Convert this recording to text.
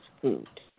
food